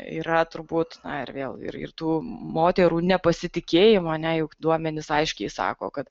yra turbūt na ir vėl ir ir tų moterų nepasitikėjimo ne juk duomenys aiškiai sako kad